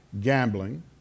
gambling